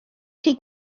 chi